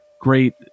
great